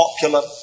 popular